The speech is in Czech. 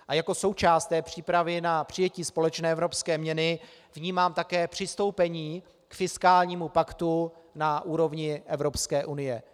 A jako součást přípravy na přijetí společné evropské měny vnímám také přistoupení k fiskálnímu paktu na úrovni EU.